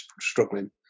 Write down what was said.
struggling